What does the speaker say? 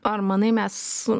ar manai mes